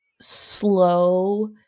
slow